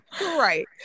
right